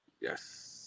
Yes